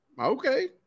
Okay